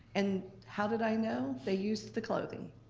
and how did i know? they used the clothing.